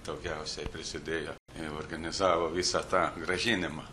daugiausia prisidėjo ir organizavo visą tą grąžinimą